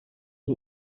sie